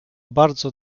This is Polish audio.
bardzo